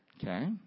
Okay